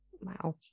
Wow